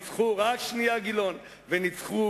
וניצחו